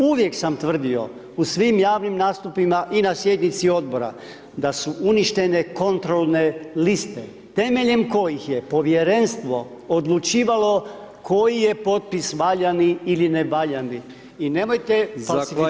Uvijek sam tvrdio u svim javnim nastupima i na sjednici Odbora, da su uništene kontrolne liste, temeljem kojih je Povjerenstvo odlučivalo koji je potpis valjani ili nevaljani, i nemojte ... moje riječi.